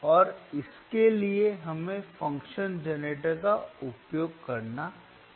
और इसके लिए हमें फ़ंक्शन जनरेटर का उपयोग करना होगा